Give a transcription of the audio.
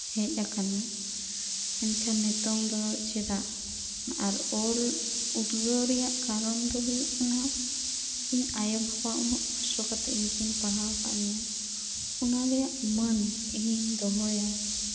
ᱦᱮᱡ ᱟᱠᱟᱱᱟ ᱢᱮᱱᱠᱷᱟᱱ ᱱᱮᱛᱚᱝ ᱫᱚ ᱪᱮᱫᱟᱜ ᱟᱨ ᱚᱞ ᱩᱫᱽᱜᱟᱹᱣ ᱨᱮᱭᱟᱜ ᱠᱟᱨᱚᱱ ᱫᱚ ᱦᱩᱭᱩᱜ ᱠᱟᱱᱟ ᱤᱧ ᱟᱭᱩ ᱵᱟᱵᱟ ᱩᱱᱟᱹᱜ ᱠᱚᱥᱴᱚ ᱠᱟᱛᱮ ᱤᱧᱠᱤᱱ ᱯᱟᱲᱦᱟᱣ ᱟᱠᱟᱫᱤᱧᱟᱹ ᱚᱱᱟᱨᱮᱭᱟᱜ ᱢᱟᱹᱱ ᱤᱧᱤᱧ ᱫᱚᱦᱚᱭᱟ